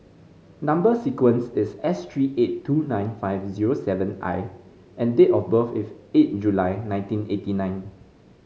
number sequence is S three eight two nine five zero seven I and date of birth is eight July nineteen eighty nine